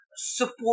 support